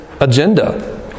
agenda